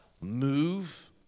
move